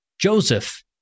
Joseph